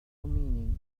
meaning